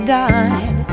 died